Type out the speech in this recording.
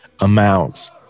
amounts